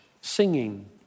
singing